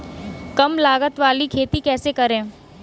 कम लागत वाली खेती कैसे करें?